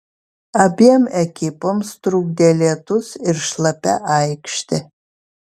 abiem ekipoms trukdė lietus ir šlapia aikštė